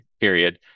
period